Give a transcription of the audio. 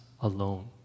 alone